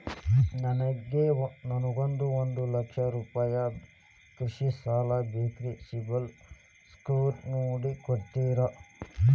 ನನಗೊಂದ ಲಕ್ಷ ರೂಪಾಯಿ ಕೃಷಿ ಸಾಲ ಬೇಕ್ರಿ ಸಿಬಿಲ್ ಸ್ಕೋರ್ ನೋಡಿ ಕೊಡ್ತೇರಿ?